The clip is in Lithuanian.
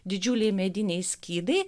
didžiuliai mediniai skydai